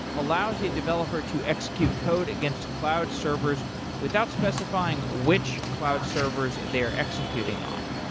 allows a developer to execute code against cloud servers without specifying which cloud servers they're executing on.